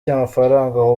cy’amafaranga